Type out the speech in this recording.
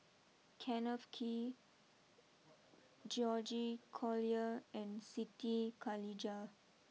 Kenneth Kee George Collyer and Siti Khalijah